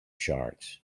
sharks